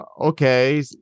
okay